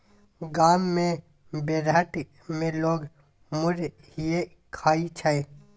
गाम मे बेरहट मे लोक मुरहीये खाइ छै